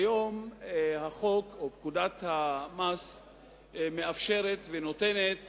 כיום פקודת המס מאפשרת ונותנת